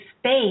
space